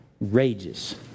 rages